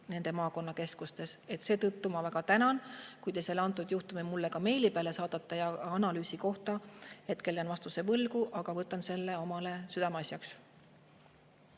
inimesed, maakonnakeskustes. Seetõttu ma väga tänan, kui te selle juhtumi mulle ka meili peale saadate. Analüüsi kohta jään hetkel vastuse võlgu, aga võtan selle oma südameasjaks.